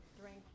drink